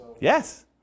Yes